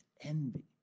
envy